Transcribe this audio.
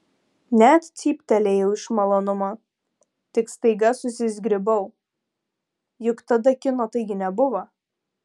net cyptelėjau iš malonumo tik staiga susizgribau juk tada kino taigi nebuvo